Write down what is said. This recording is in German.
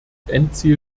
endziel